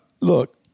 Look